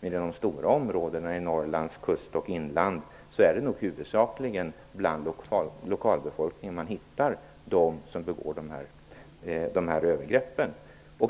Men i de stora områdena i Norrlands kust och inland är det nog huvudsakligen bland lokalbefolkningen man hittar dem som begår dessa övergrepp.